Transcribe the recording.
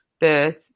birth